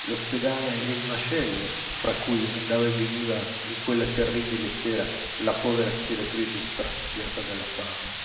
l'ospedale e il macello fra cui andava e veniva in quella terribile sera la povera stiratrice straziata dalla fame